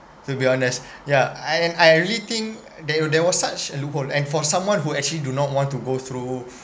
to be honest yeah I and I really think they were there was such a loophole and for someone who actually do not want to go through